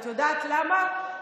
את יודעת למה?